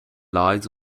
lies